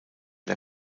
der